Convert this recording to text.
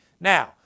Now